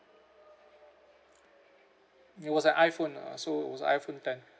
it was an iPhone uh so was an iPhone ten